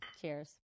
Cheers